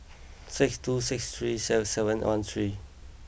six two six three six seven one three